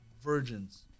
virgins